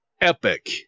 epic